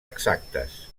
exactes